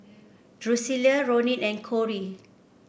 Drusilla Ronin and Kory